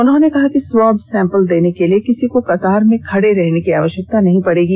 उन्होंने कहा कि स्वांब सैंपल देने के लिए किसी को कतार में खड़े रहने की आवश्यकता नहीं पड़ेगी